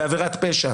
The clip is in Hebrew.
בעבירת פשע,